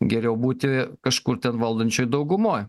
geriau būti kažkur ten valdančioj daugumoj